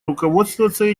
руководствоваться